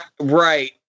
right